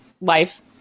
life